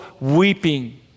weeping